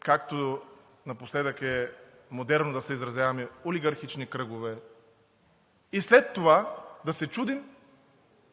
както напоследък е модерно да се изразяваме – „олигархични кръгове“. И след това да се чудим